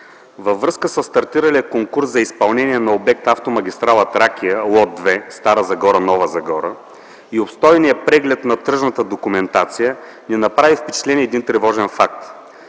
Във връзка със стартиралия конкурс за изпълнение на обект „Автомагистрала Тракия – лот 2, Стара Загора – Нова Загора” и обстойният преглед на тръжната документация ни направи впечатление един тревожен факт